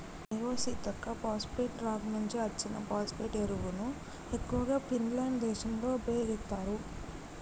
ఇగో Seethakka phosphate rock నుంచి అచ్చిన phosphate ఎరువును ఎక్కువగా ఫిన్లాండ్ దేశంలో ఉపయోగిత్తారు